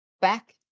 back